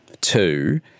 Two